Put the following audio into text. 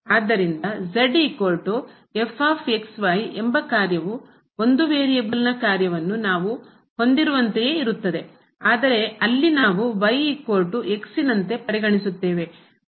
ಆದ್ದರಿಂದ ಎಂಬ ಕಾರ್ಯವು ಒಂದು ವೇರಿಯೇಬಲ್ನ ಕಾರ್ಯವನ್ನು ನಾವು ಹೊಂದಿರುವಂತೆಯೇ ಇರುತ್ತದೆ ಆದರೆ ಅಲ್ಲಿ ನಾವು